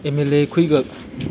M L ꯑꯦꯈꯣꯏꯒ